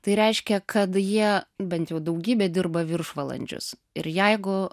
tai reiškia kad jie bent jau daugybė dirba viršvalandžius ir jeigu